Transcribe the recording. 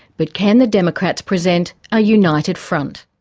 but can the democrats present a united front?